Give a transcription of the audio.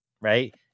Right